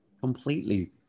completely